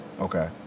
Okay